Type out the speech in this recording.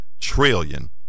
trillion